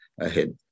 ahead